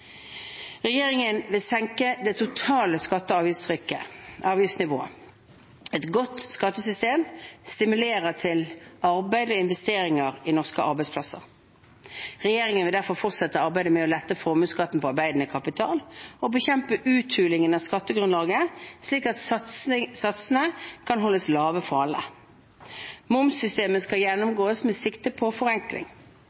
Regjeringen vil senke det totale skatte- og avgiftsnivået. Et godt skattesystem stimulerer til arbeid og investeringer i norske arbeidsplasser. Regjeringen vil derfor fortsette arbeidet med å lette formuesskatten på arbeidende kapital og bekjempe uthuling av skattegrunnlaget, slik at satsene kan holdes lave for alle. Momssystemet skal